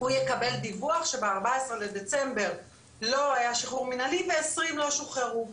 הוא יקבל דיווח שב-14 לדצמבר לא היה שחרור מנהלי ו-20 לא שוחררו.